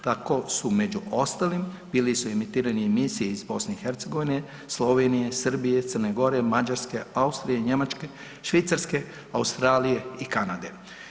Tako su među ostalim bile su emitirane emisije iz BiH-a, Slovenije, Srbije, C. Gore, Mađarske, Austrije, Njemačke, Švicarske, Australije i Kanade.